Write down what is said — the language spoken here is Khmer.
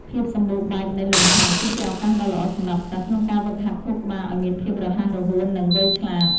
ភាពសម្បូរបែបនៃលំហាត់ គឺជាឱកាសដ៏ល្អសម្រាប់សិស្សក្នុងការហ្វឹកហាត់ខួរក្បាលឱ្យមានភាពរហ័សរហួននិងវៃឆ្លាត។